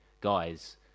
guys